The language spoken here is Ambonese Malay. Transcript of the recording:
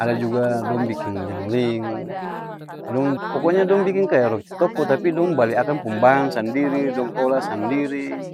Ada juga dong biking ling-ling, dong poko nya dong biking kaya roti toko, tapi dong bali akang pung bahan sandiri, dong olah sandiri,